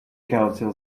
council